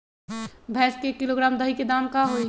भैस के एक किलोग्राम दही के दाम का होई?